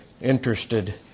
interested